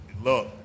look